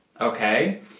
okay